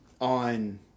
on